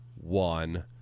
one